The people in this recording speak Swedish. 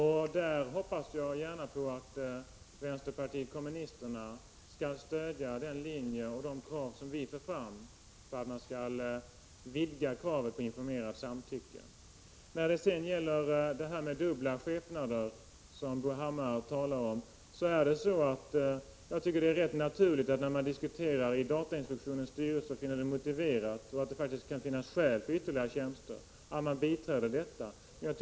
Där hoppas jag gärna på att vänsterpartiet kommunisterna skall stödja den linje och de krav som vi för fram om att man skall vidga kravet på informerat samtycke. När det sedan gäller de dubbla skepnader som Bo Hammar talar om vill jag säga: Om man diskuterar i datainspektionens styrelse och ser att det faktiskt finns skäl för ytterligare tjänster, då finner jag det rätt naturligt att man biträder det förslaget.